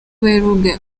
werurwe